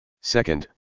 Second